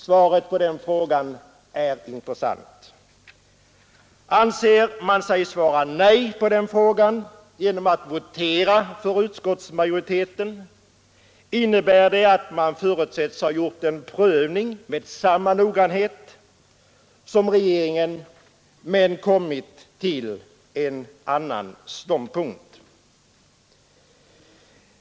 Svaret på den frågan är intressant. Anser man sig svara nej på frågan genom att votera för utskottsmajoriteten, innebär det att man förutsättes ha gjort en prövning med samma noggrannhet som regeringen men kommit till en annan ståndpunkt.